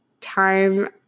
time